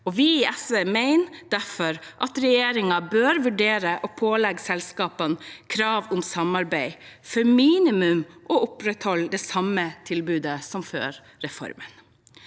Vi i SV mener derfor at regjeringen bør vurdere å pålegge selskapene krav om samarbeid for å opprettholde minimum det samme tilbudet som var før